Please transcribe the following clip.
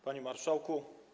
Panie Marszałku!